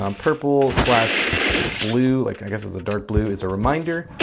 um purple blue like i guess it is a dark blue is a reminder,